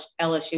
LSU